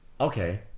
Okay